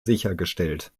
sichergestellt